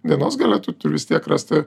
dienos gale tu turi vis tiek rasti